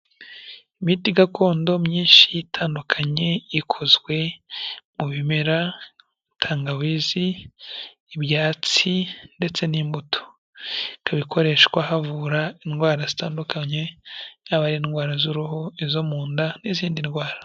Imiti gakondo myinshi itandukanye ikozwe mu bimera tangawizi, ibyatsi, ndetse n'imbuto, ikaba ikoreshwa havura indwara zitandukanye y'aba indwara z'uruhu izo mu nda n'izindi ndwara.